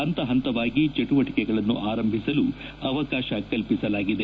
ಪಂತ ಪಂತವಾಗಿ ಚಟುವಟಕೆಗಳನ್ನು ಆರಂಭಿಸಲು ಅವಕಾಶ ಕಲ್ಲಿಸಲಾಗಿದೆ